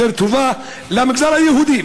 יותר טובה למגזר היהודי,